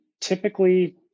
typically